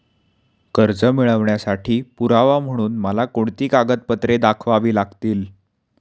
कर्ज मिळवण्यासाठी पुरावा म्हणून मला कोणती कागदपत्रे दाखवावी लागतील?